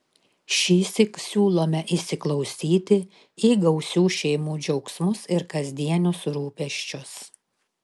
šįsyk siūlome įsiklausyti į gausių šeimų džiaugsmus ir kasdienius rūpesčius